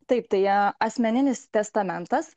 taip tai ją asmeninis testamentas